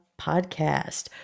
podcast